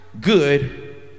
good